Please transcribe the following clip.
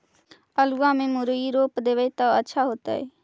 आलुआ में मुरई रोप देबई त अच्छा होतई?